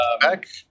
back